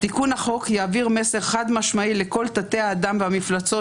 תיקון החוק יעביר מסר חד-משמעי לכל תתי- האדם והמפלצות,